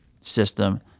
system